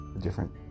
different